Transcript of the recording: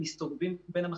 מסתובבים בין המחלקות,